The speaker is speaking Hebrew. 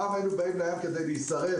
פעם היינו מגיעים לים כדי להישרף,